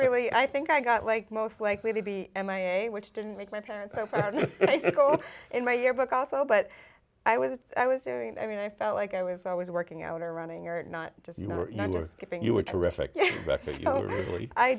really i think i got like most likely to be m i a which didn't make my parents in my yearbook also but i was i was doing i mean i felt like i was always working out or running or not just you know just giving you a terrific